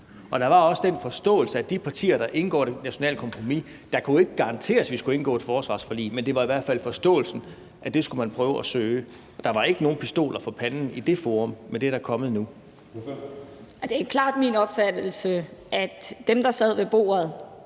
Og der var også den forståelse, at de partier, der indgår i det nationale kompromis, jo ikke kunne garanteres, at de skulle indgå et forsvarsforlig, men det var i hvert fald forståelsen, at det skulle man prøve at søge. Der var ikke nogen pistoler for panden i det forum, men det er der kommet nu. Kl. 13:19 Anden næstformand (Jeppe Søe):